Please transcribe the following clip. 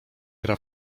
gra